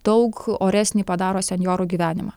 daug oresnį padaro senjorų gyvenimą